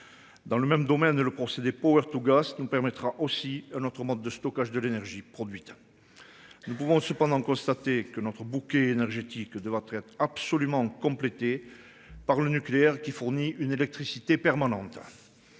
Dans le même domaine. Le procédé power to gas ce qui nous permettra aussi un autre mode de stockage de l'énergie produite. Nous pouvons cependant constater que notre bouquet énergétique de traite absolument compléter par le nucléaire qui fournit une électricité permanente.